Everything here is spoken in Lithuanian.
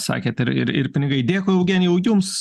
sakėt ir ir ir pinigai dėkui eugenijau jums